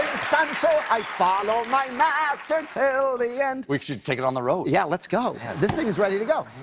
um so i follow my master till the end. stephen we should take it on the road. yeah let's go. this thing is ready to go.